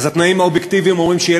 אז התנאים האובייקטיביים אומרים שיהיה